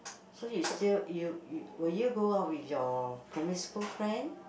so you still you will you go out with your primary school friend